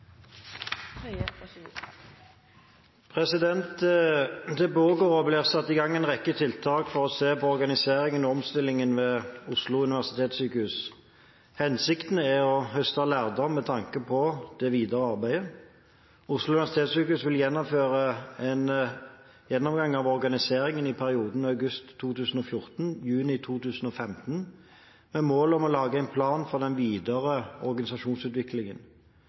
Det pågår og blir satt i gang en rekke tiltak for å se på organiseringen av og omstillingen ved Oslo universitetssykehus. Hensikten er å høste lærdom med tanke på det videre arbeidet. Oslo universitetssykehus vil gjennomføre en gjennomgang av organiseringen i perioden august 2014–juni 2015, med mål om å lage en plan for den videre organisasjonsutviklingen.